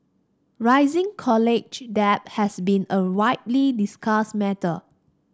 rising college debt has been a widely discussed matter